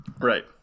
right